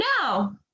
no